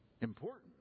important